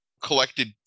collected